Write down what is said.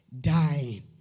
dying